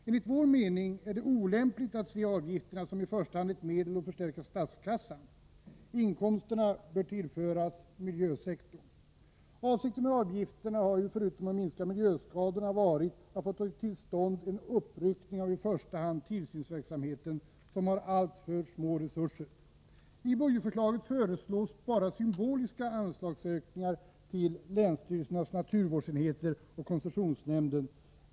Enligt vår mening är det olämpligt att se avgifterna som i första hand ett medel att förstärka statskassan. Inkomsterna bör tillföras miljösektorn. Avsikten med avgifterna har ju förutom att minska miljöskadorna varit att få till stånd en uppryckning av i första hand tillsynsverksamheten, som har alltför små resurser. I budgetförslaget föreslås bara symboliska anslagsökningar till länsstyrelsernas naturvårdsenheter och koncessionsnämnden.